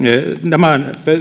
tämän